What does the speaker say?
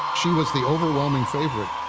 she was the overwhelming favorite,